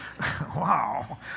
wow